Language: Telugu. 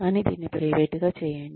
కానీ దీన్ని ప్రైవేట్గా చేయండి